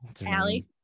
Allie